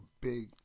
big